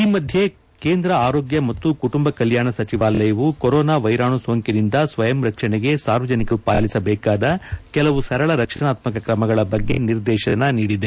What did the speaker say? ಈ ಮಧ್ಯೆ ಕೇಂದ್ರ ಆರೋಗ್ಯ ಮತ್ತು ಕುಟುಂಬ ಕಲ್ಕಾಣ ಸಚಿವಾಲಯವು ಕೊರೊನಾ ವೈರಾಣು ಸೋಂಕಿನಿಂದ ಸ್ವಯಂ ರಕ್ಷಣೆಗೆ ಸಾರ್ವಜನಿಕರು ಪಾಲಿಸಲೇಬೇಕಾದ ಕೆಲವು ಸರಳ ರಕ್ಷಣಾತ್ಕಕ ಕ್ರಮಗಳ ಬಗ್ಗೆ ನಿರ್ದೇಶನ ನೀಡಿದೆ